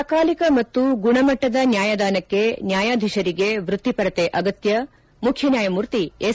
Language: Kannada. ಸಕಾಲಿಕ ಮತ್ತು ಗುಣಮಟ್ಟದ ನ್ಯಾಯದಾನಕ್ಕೆ ನ್ಯಾಯಾಧೀಶರಿಗೆ ವೃತ್ತಿಪರತೆ ಅಗತ್ಯ ಮುಖ್ಯ ನ್ಯಾಯಮೂರ್ತಿ ಎಸ್